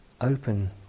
open